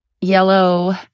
yellow